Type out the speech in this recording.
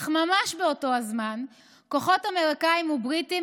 אך ממש באותו הזמן כוחות אמריקניים ובריטיים